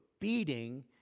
beating